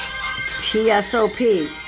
TSOP